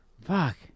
fuck